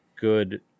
good